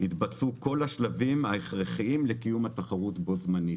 יתבצעו כל השלבים ההכרחיים לקיום התחרות בו זמנית.